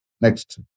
Next